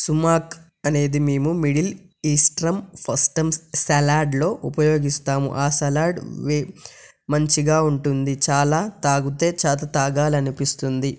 సుమాత్ అనేది మేము middle eastern first time సలాడ్లో ఉపయోగిస్తాము ఆ సలాడ్ మంచిగా ఉంటుంది చాలా తాగితే తాగాలనిపిస్తుంది